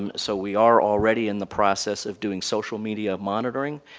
um so we are already in the process of doing social media monitoring.